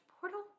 portal